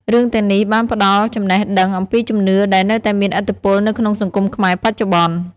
រឿងទាំងនេះបានផ្តល់ចំណេះដឹងអំពីជំនឿដែលនៅតែមានឥទ្ធិពលនៅក្នុងសង្គមខ្មែរបច្ចុប្បន្ន។